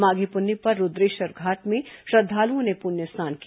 माघी पुन्नी पर रूद्रेश्वर घाट में श्रद्धालुओं ने पुण्य स्नान किया